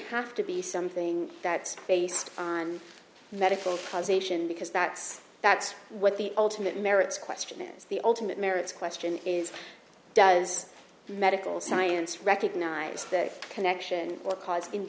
have to be something that's based on medical causation because that's that's what the ultimate merits question is the ultimate merits question is does medical science recognize that connection or caus